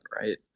right